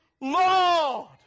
Lord